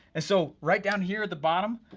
so right down here at the bottom,